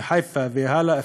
מחיפה והלאה,